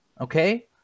Okay